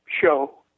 show